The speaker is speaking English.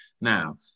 Now